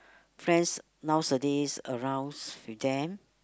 friends nowadays arounds with them